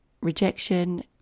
rejection